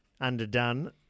underdone